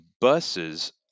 buses